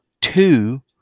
two